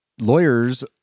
lawyers